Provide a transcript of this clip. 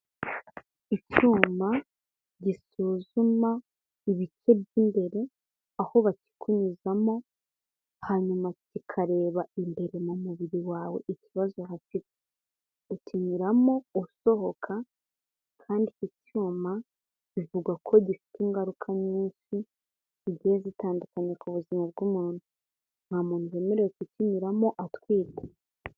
Icyuma gisuzuma ibice by'imbere, aho bakikunyuzamo hanyuma kikareba imbere mu mubiri wawe ikibazo hafite. Ukinyuramo usohoka, kandi iki cyuma bivugwa ko gifite ingaruka nyinshi, zigiye zitandukanye ku buzima bw'umuntu. Nta muntu wemerewe kukinyuramo atwite.